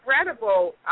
incredible